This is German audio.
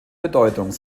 bedeutung